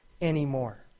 anymore